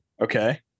Okay